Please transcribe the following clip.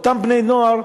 אותם בני נוער,